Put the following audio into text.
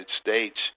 States